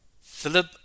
Philip